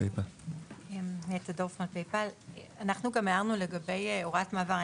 אנחנו הערנו גם לגבי הוראת המעבר.